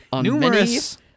Numerous